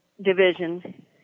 division